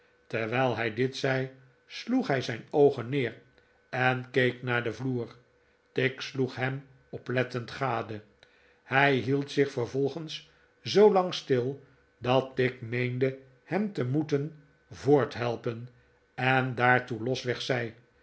terwijl hij dit zei sloeg hij zijn oogen neer en keek naar den vloer tigg sloeg hem oplettend gade hij hield zich vervolgens zoolang stil dat tigg meende hem te moeten voorthelpen en daartoe losweg zei